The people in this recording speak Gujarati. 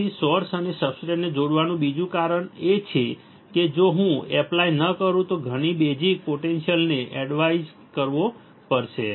તેથી સોર્સ અને સબસ્ટ્રેટને જોડવાનું બીજું કારણ એ છે કે જો હું એપ્લાય ન કરું તો ઘણી બેઝીક પોટેન્ટિઅલને એવોઈડ કરવો પડશે